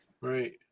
Right